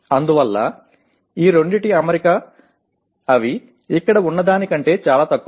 అందువల్ల ఈ రెండింటి అమరిక అవి ఇక్కడ ఉన్నదానికంటే చాలా తక్కువ